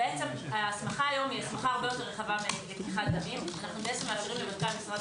ההסמכה היום היא הרבה יותר רחבה מלקיחת דמים- -- למנכ"ל משרד